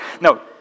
No